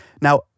now